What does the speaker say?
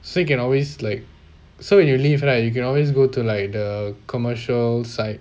so you can always like so when you leave right you can always go to like the commercial side